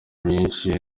myinshi